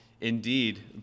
indeed